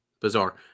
bizarre